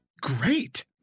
great